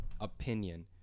opinion